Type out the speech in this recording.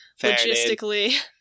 logistically